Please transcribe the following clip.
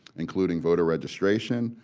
including voter registration,